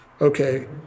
okay